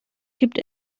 gibt